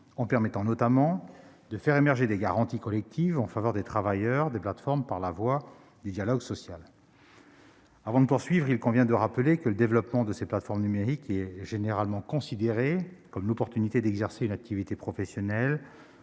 en permettant notamment de faire émerger des garanties collectives en faveur des travailleurs des plateformes par la voie du dialogue social. Avant de poursuivre, il convient de rappeler que le développement de ces plateformes numériques est généralement considéré comme l'opportunité d'exercer une activité professionnelle